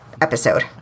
episode